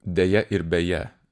deja ir beje